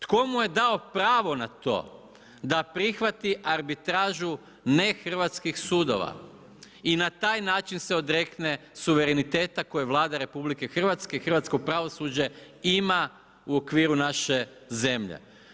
Tko mu je dao pravo na to da prihvati arbitražu nehrvatskih sudova i na taj način se odrekne suvereniteta koje Vlada RH, hrvatsko pravosuđe ima u okviru naše zemlje.